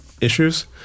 issues